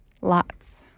Lots